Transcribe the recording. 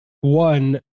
one